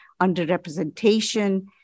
underrepresentation